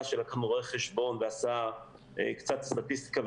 שלקחנו רואה חשבון ועשה קצת סטטיסטיקה.